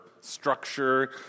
structure